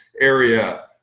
area